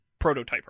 prototyper